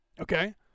Okay